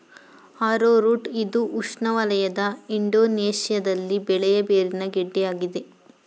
arrowroot ಇದು ಉಷ್ಣವಲಯದ ಇಂಡೋನೇಶ್ಯದಲ್ಲಿ ಬೆಳೆಯ ಬೇರಿನ ಗೆಡ್ಡೆ ಆಗಿದೆ